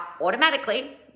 automatically